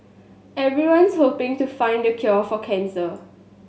everyone's hoping to find the cure for cancer